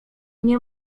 nie